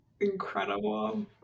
Incredible